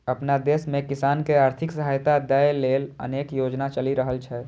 अपना देश मे किसान कें आर्थिक सहायता दै लेल अनेक योजना चलि रहल छै